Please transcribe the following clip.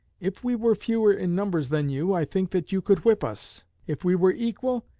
if we were fewer in numbers than you, i think that you could whip us if we were equal,